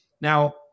Now